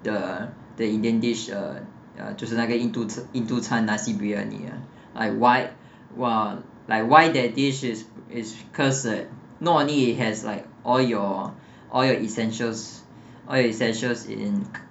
the the indian dish ah 就是那个印度吃印度餐 nasi briyani like why like why that dish is is because uh not only it has like all your all your essentials all your essential in